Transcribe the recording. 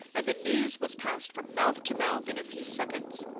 and the news was passed from mouth to mouth in a few seconds.